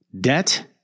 Debt